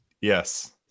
Yes